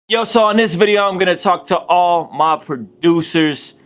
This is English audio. yo, so in this video i'm gonna talk to all my producers.